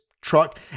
truck